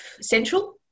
central